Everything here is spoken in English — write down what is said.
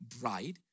bride